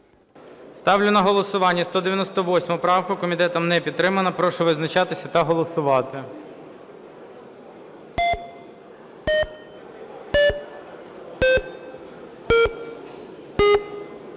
Ставлю на голосування 187-у. Комітетом не підтримана. Прошу визначатися та голосувати.